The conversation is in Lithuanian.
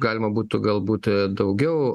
galima būtų galbūt daugiau